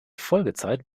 folgezeit